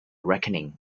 reckoning